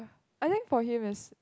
I think for him is